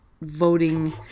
voting